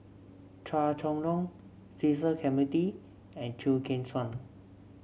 Chua Chong Long Cecil Clementi and Chew Kheng Chuan